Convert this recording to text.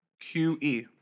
Q-E